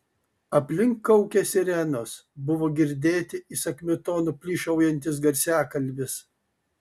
aplink kaukė sirenos buvo girdėti įsakmiu tonu plyšaujantis garsiakalbis